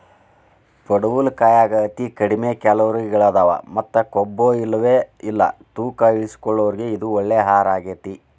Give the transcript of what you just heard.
ಪಡವಲಕಾಯಾಗ ಅತಿ ಕಡಿಮಿ ಕ್ಯಾಲೋರಿಗಳದಾವ ಮತ್ತ ಕೊಬ್ಬುಇಲ್ಲವೇ ಇಲ್ಲ ತೂಕ ಇಳಿಸಿಕೊಳ್ಳೋರಿಗೆ ಇದು ಒಳ್ಳೆ ಆಹಾರಗೇತಿ